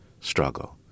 struggle